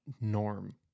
norm